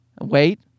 Wait